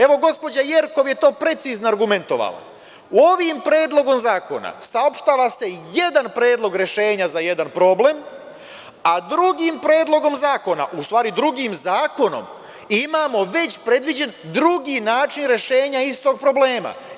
Evo, gospođa Jerkov je to precizno argumentovala, ovim predlogom zakona saopštava se jedan predlog rešenja za jedan problem, a drugim predlogom zakona, u stvari drugim zakonom imamo već predviđen drugi način rešenja istog problema.